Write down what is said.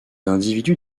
individus